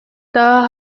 daha